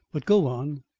but go on!